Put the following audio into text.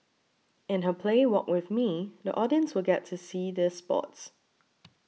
in her play Walk with Me the audience will get to see these spots